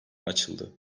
açıldı